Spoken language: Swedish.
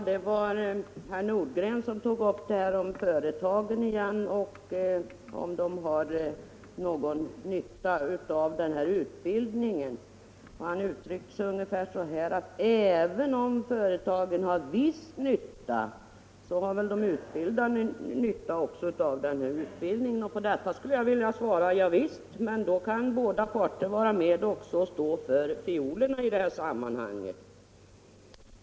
Herr talman! Herr Nordgren tog åter upp företagen och frågar om de har någon nytta av denna utbildning. Han uttryckte sig ungefär så här, att även om företagen har viss nytta av utbildningen, har väl också de utbildade glädje av den. På detta skulle jag vilja svara: Javisst! Men då kan också båda parter vara med om att stå för fiolerna i detta sammanhang.